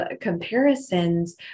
comparisons